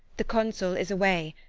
the consul is away,